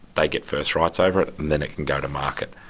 they get first rights over it, and then it can go to market.